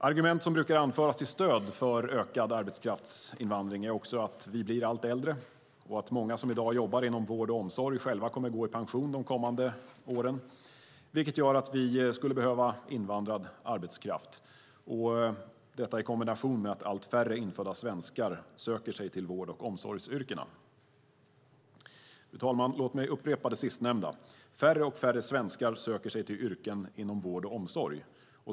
Argument som brukar anföras till stöd för en ökad arbetskraftsinvandring är också att vi blir allt äldre och att många som i dag jobbar inom vård och omsorg själva kommer att gå i pension de kommande åren, vilket gör att vi skulle behöva invandrad arbetskraft - detta i kombination med att allt färre infödda svenskar söker sig till vård och omsorgsyrkena. Fru talman! Låt mig upprepa det sistnämnda, nämligen att allt färre svenskar söker sig till yrken inom vård och omsorg.